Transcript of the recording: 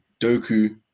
Doku